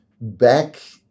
back